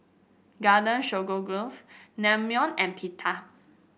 Garden Stroganoff Naengmyeon and Pita